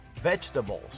Vegetables